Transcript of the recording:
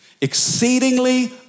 exceedingly